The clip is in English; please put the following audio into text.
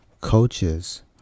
coaches